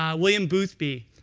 um william boothby.